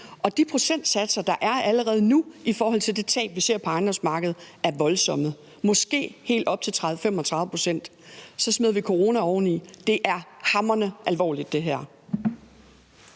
Og de procentsatser, der er allerede nu, i forhold til de tab, vi ser på ejendomsmarkedet, er voldsomme. Måske helt op til 30-35 pct. Så smider vi corona oveni. Det her er hamrende alvorligt. Kl.